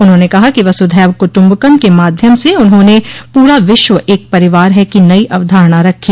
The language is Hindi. उन्होंने कहा कि वसुधैव कुटुम्बकम के माध्यम से उन्होंने पूरा विश्व एक परिवार है की नई अवधारणा रखी